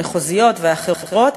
המחוזיות ואחרות.